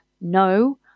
No